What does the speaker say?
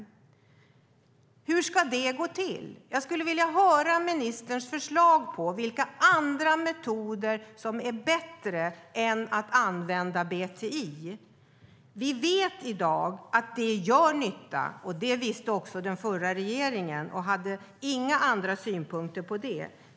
Hur ska det gå till? Låt mig höra ministerns förslag på vilka metoder som är bättre än att använda BTI? I dag vet vi att BTI gör nytta. Det visste också den förra regeringen, och den hade inga synpunkter på det.